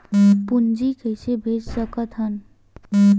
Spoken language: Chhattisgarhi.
पूंजी कइसे भेज सकत हन?